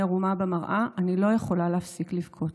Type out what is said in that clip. עירומה במראה אני לא יכולה להפסיק לבכות.